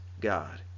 God